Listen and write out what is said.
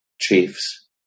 chiefs